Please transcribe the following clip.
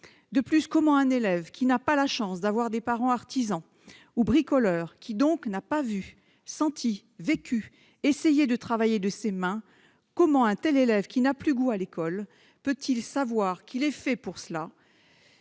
De plus, comment un élève qui n'a pas la chance d'avoir des parents artisans ou bricoleurs, qui donc n'a pas vu, senti, vécu ni essayé le travail manuel, et qui n'a plus goût à l'école peut-il savoir qu'il est fait pour